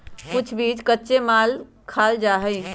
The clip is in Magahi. कुछ बीज कच्चे खाल जा हई